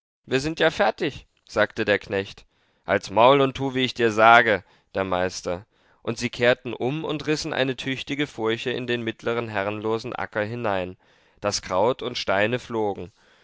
wir sind ja fertig sagte der knecht halt's maul und tu wie ich dir sage der meister und sie kehrten um und rissen eine tüchtige furche in den mittleren herrenlosen acker hinein daß kraut und steine flogen